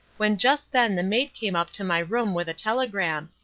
when just then the maid came up to my room with a telegram.